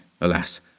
alas